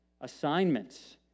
assignments